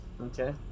Okay